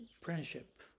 friendship